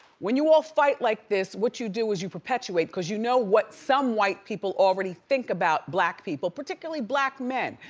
when you all fight like this, what you do is you perpetuate cause, you know what some white people already think about black people, particularly black men.